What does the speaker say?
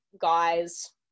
guys